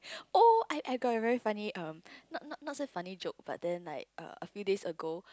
oh I I got a very funny um not not say funny joke but then like a few days ago